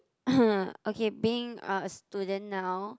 okay being uh a student now